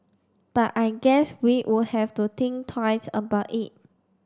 but I guess we would have to think twice about it